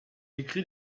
écrit